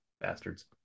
Bastards